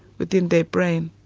within their brain.